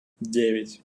девять